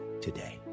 today